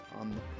on